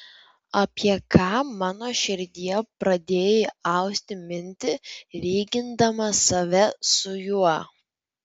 apie ką mano širdie pradėjai austi mintį lygindama save su juo